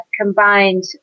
combined